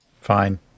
Fine